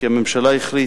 כי הממשלה החליטה,